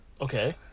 Okay